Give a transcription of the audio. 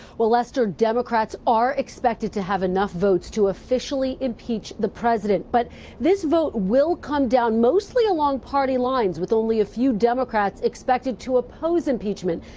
lester, democrats are expected to have enough votes to officially impeach the president, but this vote will come down mostly along party lines with only a few democrats expected to oppose impeachment.